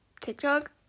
TikTok